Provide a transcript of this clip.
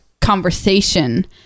conversation